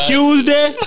Tuesday